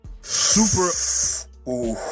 super